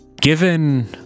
given